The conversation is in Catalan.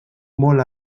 molt